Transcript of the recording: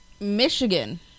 Michigan